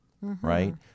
right